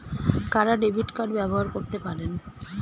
কারা debit card ব্যবহার করতে পারেন?